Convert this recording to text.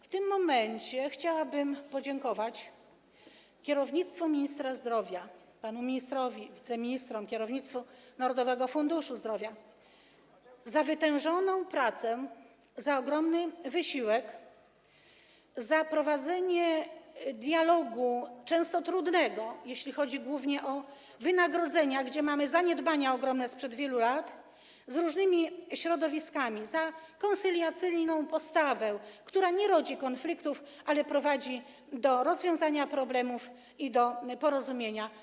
W tym momencie chciałabym podziękować kierownictwu Ministerstwa Zdrowia, panu ministrowi, wiceministrom, i kierownictwu Narodowego Funduszu Zdrowia za wytężoną pracę, za ogromny wysiłek, za prowadzenie dialogu, często trudnego, głównie jeśli chodzi o wynagrodzenia, w przypadku których mamy ogromne zaniedbania sprzed wielu lat, z różnymi środowiskami, za koncyliacyjną postawę, która nie rodzi konfliktów, ale prowadzi do rozwiązania problemów i do porozumienia.